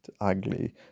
ugly